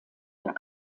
der